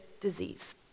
disease